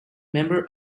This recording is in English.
member